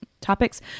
topics